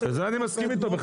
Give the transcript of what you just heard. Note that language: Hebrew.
בזה אני מסכים אתו.